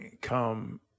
come